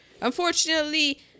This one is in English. Unfortunately